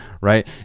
right